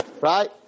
right